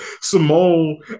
Simone